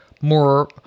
more